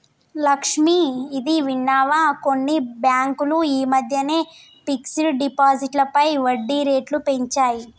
లక్ష్మి, ఇది విన్నావా కొన్ని బ్యాంకులు ఈ మధ్యన ఫిక్స్డ్ డిపాజిట్లపై వడ్డీ రేట్లు పెంచాయి